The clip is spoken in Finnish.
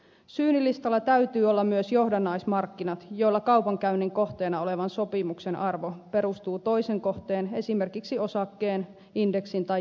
syynilistalla täytyy olla myös johdannaismarkkinoiden joilla kaupankäynnin kohteena olevan sopimuksen arvo perustuu toisen kohteen esimerkiksi osakkeen indeksin tai joukkovelkakirjan arvoon